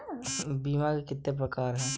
बीमे के कितने प्रकार हैं?